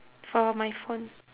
for my phone